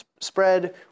spread